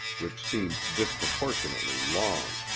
which seemed disproportionately long.